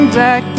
back